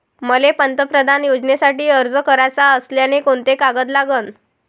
मले पंतप्रधान योजनेसाठी अर्ज कराचा असल्याने कोंते कागद लागन?